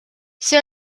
see